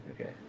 okay